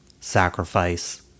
sacrifice